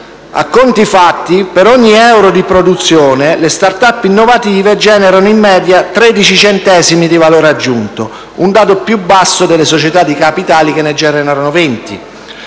A conti fatti, per ogni euro di produzione le *start-up* innovative generano in media 13 centesimi di valore aggiunto, un dato più basso di quello delle società di capitali (20 centesimi).